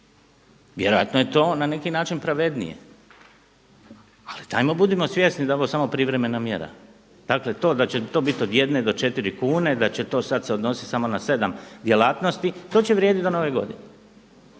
Vjerojatno je to na neki način pravednije. Ali dajmo budimo svjesni da je ovo samo privremena mjera. Dakle to da će to biti od 1 do 4 kune i da će to sada se odnositi samo na 7 djelatnosti, to će vrijediti do Nove Godine.